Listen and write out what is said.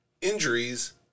injuries